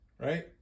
right